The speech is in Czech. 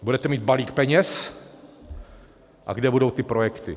Budete mít balík peněz a kde budou ty projekty?